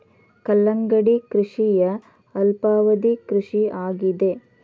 ಕಲ್ಲಂಗಡಿ ಕೃಷಿಯ ಅಲ್ಪಾವಧಿ ಕೃಷಿ ಆಗಿದೆ